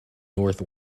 north